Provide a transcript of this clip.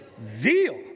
Zeal